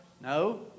No